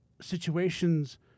situations